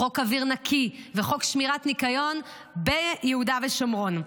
חוק אוויר נקי וחוק שמירת ניקיון ביהודה ושומרון.